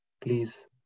Please